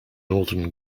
northern